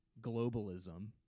globalism